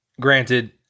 granted